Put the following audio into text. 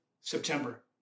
September